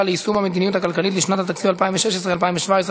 ליישום המדיניות הכלכלית לשנות התקציב 2017 ו-2018),